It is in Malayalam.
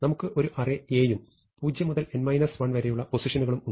നമുക്ക് ഒരു അറേ A യും 0 മുതൽ n 1 വരെയുള്ള പൊസിഷനുകളും ഉണ്ട്